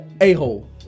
a-hole